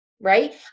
right